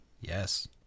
yes